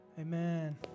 Amen